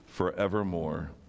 forevermore